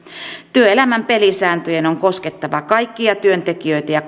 työelämän pelisääntöjen on koskettava kaikkia työntekijöitä ja